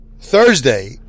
Thursday